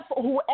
whoever